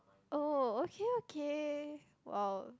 oh okay okay !wow!